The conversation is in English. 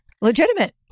Legitimate